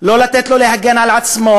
לא לתת לו להגן על עצמו,